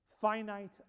finite